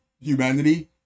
humanity